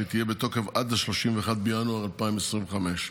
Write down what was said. שתהיה בתוקף עד 31 בינואר 2025,